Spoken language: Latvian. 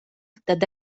tad